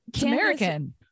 American